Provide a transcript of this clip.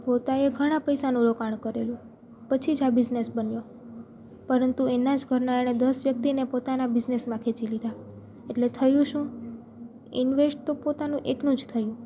પોતાએ ઘણા પૈસાનું રોકાણ કરેલું પછી જ આ બિઝનેસ બન્યો પરંતુ એના જ ઘરના એણે દસ વ્યક્તિને પોતાના બિઝનેસમાં ખેંચી લીધા એટલે થયું શું ઇન્વેસ્ટ તો પોતાનું એકનું જ થયું